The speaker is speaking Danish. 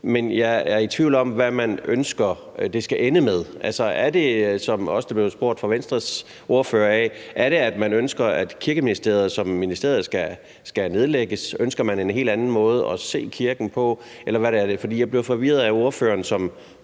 Men jeg er i tvivl om, hvad man ønsker det skal ende med. Er det, som det også blev sagt af Venstres ordfører, at man ønsker, at Kirkeministeriet som ministerium skal nedlægges? Ønsker man en helt anden måde at se kirken på, eller hvad er det? For jeg blev forvirret af ordføreren, som